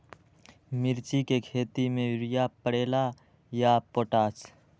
मिर्ची के खेती में यूरिया परेला या पोटाश?